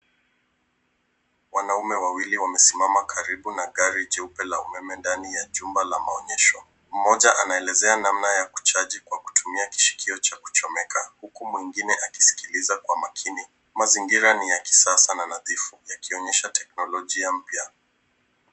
Wanaume wawili wamesimama karibu na gari jeupe la umeme ndani ya chumba la maonyesho, moja anaelezea namna ya kuchaji kwa kutumua kishikiocha kuchomeka huku mwingine akisikiliza kwa makini, mazingira ni ya kisasa na nadhifu yakionyesha teknolojia mpya.